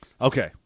Okay